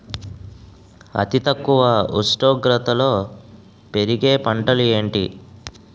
అతి తక్కువ ఉష్ణోగ్రతలో పెరిగే పంటలు ఏంటి?